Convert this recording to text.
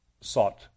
sought